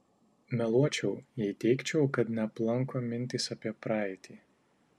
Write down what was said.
meluočiau jei teigčiau kad neaplanko mintys apie praeitį